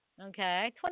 Okay